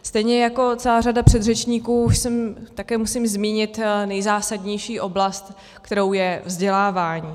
Stejně jako celá řada předřečníků také musím zmínit nejzásadnější oblast, kterou je vzdělávání.